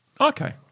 Okay